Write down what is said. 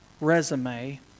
resume